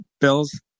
bills